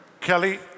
Kelly